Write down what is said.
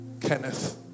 Kenneth